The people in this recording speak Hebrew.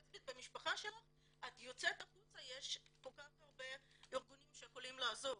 במשפחה שלך את יוצאת החוצה ויש כל כך הרבה ארגונים שיכולים לעזור